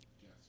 Yes